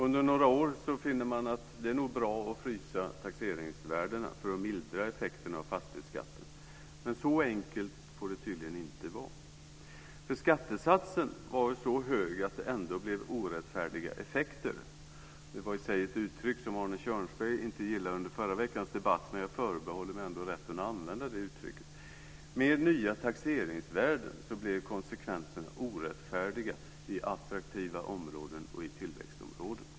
Under några år finner man att det nog är bra att frysa taxeringsvärdena för att mildra effekterna av fastighetsskatten, men så enkelt får det tydligen inte vara. För skattesatsen var så hög att det ändå blev orättfärdiga effekter, ett uttryck som Arne Kjörnsberg inte gillade i förra veckans debatt, men jag förbehåller mig rätten att använda uttrycket. Med nya taxeringsvärden blev konsekvenserna orättfärdiga i attraktiva områden och i tillväxtområdena.